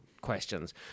questions